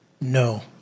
No